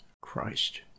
Christ